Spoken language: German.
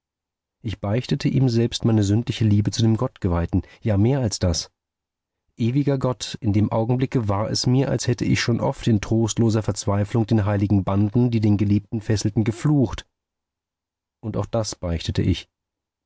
ich beichtete ihm selbst meine sündliche liebe zu dem gottgeweihten ja mehr als das ewiger gott in dem augenblicke war es mir als hätte ich schon oft in trostloser verzweiflung den heiligen banden die den geliebten fesselten geflucht und auch das beichtete ich